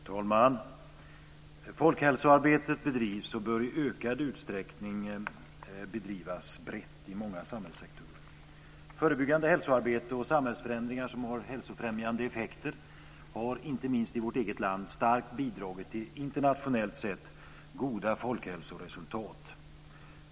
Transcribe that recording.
Herr talman! Folkhälsoarbetet bedrivs och bör i ökad utsträckning bedrivas brett i många samhällssektorer. Förebyggande hälsoarbete och samhällsförändringar som har hälsofrämjande effekter har inte minst i vårt eget land starkt bidragit till internationellt sett goda folkhälsoresultat.